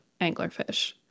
anglerfish